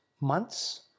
months